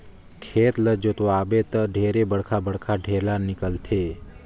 खेत ल जोतवाबे त ढेरे बड़खा बड़खा ढ़ेला निकलथे